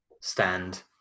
stand